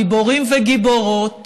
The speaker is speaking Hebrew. גיבורים וגיבורות